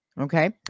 Okay